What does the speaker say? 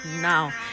now